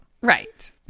Right